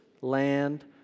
land